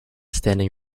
standing